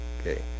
okay